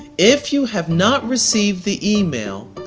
if you have not received the email,